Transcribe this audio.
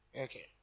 okay